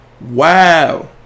Wow